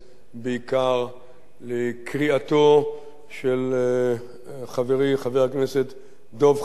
בעיקר לקריאתו של חברי חבר הכנסת דב חנין: